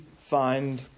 find